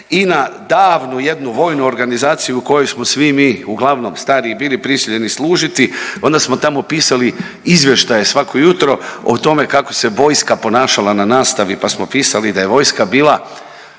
i na davnu jednu vojnu organizaciju u kojoj smo si mi uglavnom stariji bili prisiljeni služiti. Onda smo tamo pisali izvještaje svako jutro o tome kako se vojska ponašala na nastavi, pa smo pisali da je vojska bila